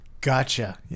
gotcha